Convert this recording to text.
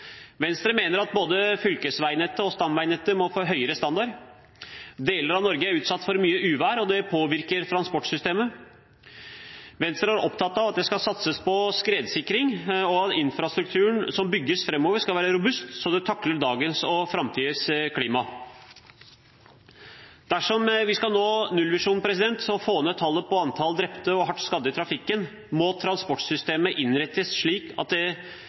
Venstre mener at både fylkesveinettet og stamveinettet må få høyere standard. Deler av Norge er utsatt for mye uvær, og det påvirker transportsystemene. Venstre er opptatt av at det skal satses på skredsikring, og at infrastrukturen som bygges framover, skal være robust, så det takler dagens og framtidens klima. Dersom vi skal nå nullvisjonen og få ned tallet på antall drepte og hardt skadde i trafikken, må transportsystemet innrettes slik at det